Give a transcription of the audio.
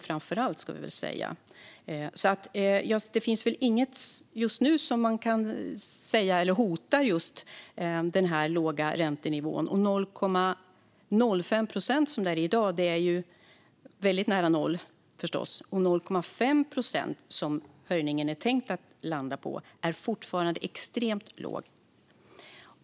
Det finns väl alltså inget just nu som man kan säga hotar den låga räntenivån. Den nivå som gäller i dag, 0,05 procent, är förstås väldigt nära noll. Den nivå som höjningen är tänkt att landa på, 0,5 procent, är fortfarande extremt låg.